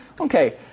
Okay